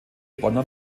bonner